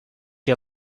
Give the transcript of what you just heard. you